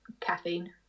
caffeine